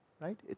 right